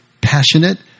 passionate